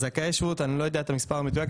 אני לא יודע את המספר המדויק,